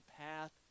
path